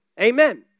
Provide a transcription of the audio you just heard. Amen